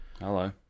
Hello